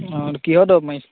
অ কিহৰ দৰৱ মাৰিছ'